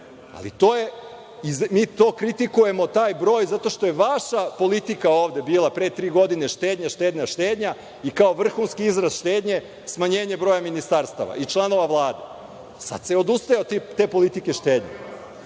Vlade. Mi kritikujemo taj broj zato što je vaša politika ovde bila pre tri godine – štednja, štednja, štednja i kao vrhunski izraz štednje – smanjenje broja ministarstava i članova Vlade. Sada se odustaje od te politike štednje.